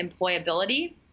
employability